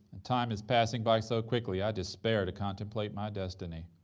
and time is passing by so quickly i despair to contemplate my destiny.